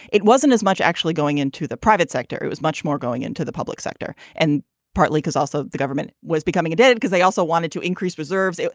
it wasn't as much actually going into the private sector. it was much more going into the public sector and partly because also the government was becoming a debtor because they also wanted to increase reserves.